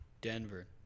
Denver